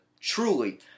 truly